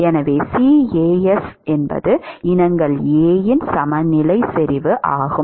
எனவே CAs என்பது இனங்கள் A இன் சமநிலை செறிவு ஆகும்